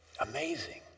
Amazing